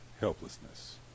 helplessness